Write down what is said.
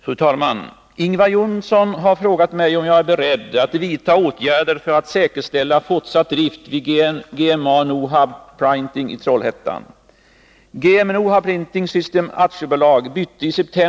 Fru talman! Ingvar Johnsson har frågat mig om jag är beredd att vidta åtgärder för att säkerställa fortsatt drift vid GMA Nohab Printing i Trollhättan.